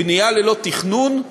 בנייה ללא תכנון,